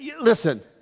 listen